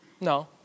No